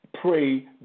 pray